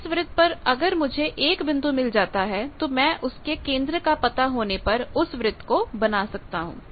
इस वृत्त पर अगर मुझे एक बिंदु मिल जाता है तो मैं उसके केंद्र का पता होने पर उस वृत्त को बना सकता हूं